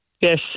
yes